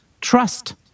trust